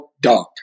dog